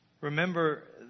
Remember